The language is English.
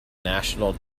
national